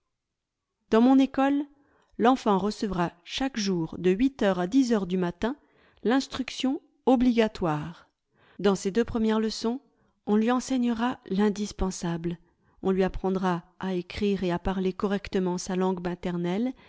dans mon école l'enfant recevra chaque jour de huit heures à dix heures du matin vinstruction obligatoire dans ces deux premières leçons on lui enseignera l'indispensable on lui apprendra à écrire et à parler correctement sa langue maternelle